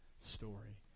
story